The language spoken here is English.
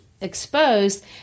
exposed